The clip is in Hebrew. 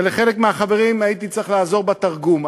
ולחלק מהחברים הייתי צריך לעזור בתרגום,